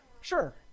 Sure